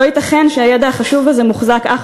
לא ייתכן שהידע החשוב הזה מוחזק אך